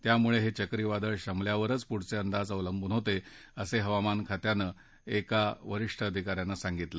त्यामुळे हे चक्रीवादळ शमल्यावरच पुढचे अंदाज अवलंबून होते असं हवामान विभागाच्या एका वरीष्ठ अधिका यानं सांगितलं